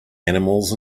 animals